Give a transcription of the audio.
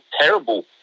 terrible